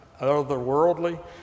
otherworldly